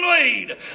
lead